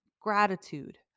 gratitude